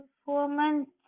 Performance